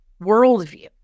worldview